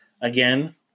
Again